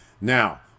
now